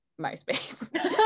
myspace